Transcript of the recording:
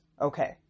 okay